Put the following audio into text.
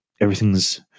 everything's